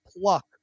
pluck